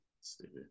stupid